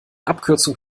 abkürzung